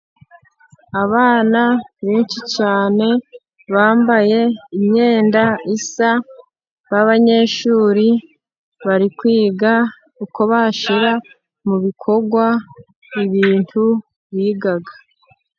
Abana benshi cyane bambaye imyenda isa babanyeshuri bari kwiga uko bashyira mu bikorwa ibintu biga.